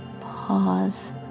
pause